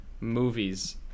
movies